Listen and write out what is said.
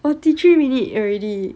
forty three minute already